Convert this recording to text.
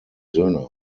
söhne